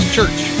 Church